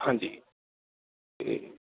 ਹਾਂਜੀ ਜੀ